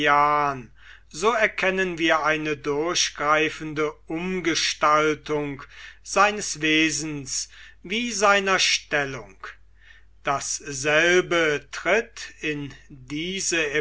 so erkennen wir eine durchgreifende umgestaltung seines wesens wie seiner stellung dasselbe tritt in diese